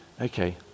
Okay